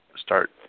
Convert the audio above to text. start